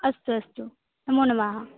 अस्तु अस्तु नमो नमः